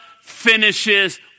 finishes